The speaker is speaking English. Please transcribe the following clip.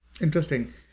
Interesting